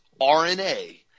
RNA